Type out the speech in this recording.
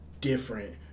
different